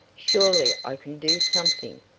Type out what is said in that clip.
surely i can do something?